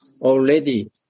already